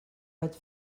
vaig